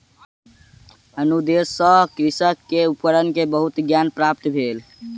अनुदेश सॅ कृषक के उपकरण के बहुत ज्ञान प्राप्त भेल